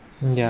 mm yeah